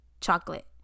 chocolate